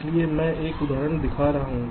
इसलिए मैं एक उदाहरण दिखा रहा हूं